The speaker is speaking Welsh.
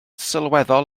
sylweddol